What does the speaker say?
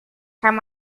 kann